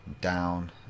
down